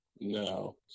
No